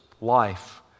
life